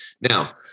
Now